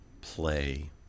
play